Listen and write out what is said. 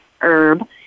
herb